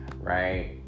right